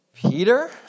Peter